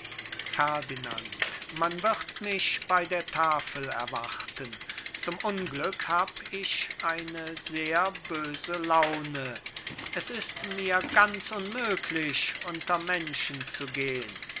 befehlen ferdinand man wird mich bei der tafel erwarten zum unglück hab ich eine sehr böse laune es ist mir ganz unmöglich unter menschen zu gehn will